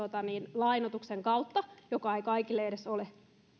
lainoituksen kautta joka ei kaikille edes ole